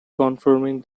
confirming